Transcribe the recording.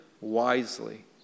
wisely